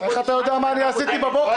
איך אתה יודע מה אני עשיתי בבוקר,